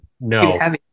no